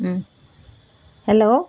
hello